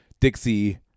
Dixie